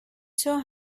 saw